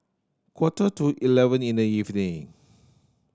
quarter to eleven in the evening